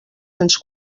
cents